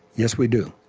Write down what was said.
yes we do,